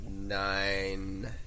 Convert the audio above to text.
nine